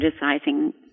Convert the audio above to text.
criticizing